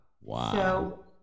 Wow